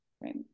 right